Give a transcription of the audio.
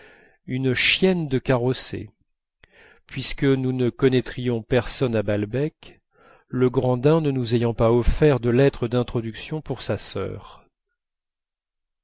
une chienne de carrossée puisque nous ne connaîtrions personne à balbec legrandin ne nous ayant pas offert de lettre d'introduction pour sa sœur